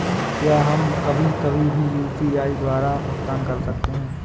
क्या हम कभी कभी भी यू.पी.आई द्वारा भुगतान कर सकते हैं?